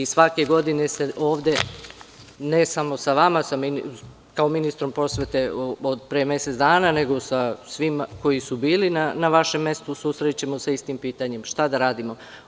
Svake godine se ovde, ne samo sa vama kao ministrom prosvete od pre mesec dana, nego sa svima koji su bili na vašem mestu, susrećemo sa istim pitanjem – šta da radimo?